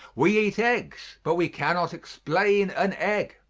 we eat eggs, but we cannot explain an egg.